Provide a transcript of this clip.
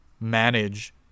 manage